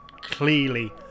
clearly